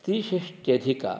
त्रिषष्ट्यधिक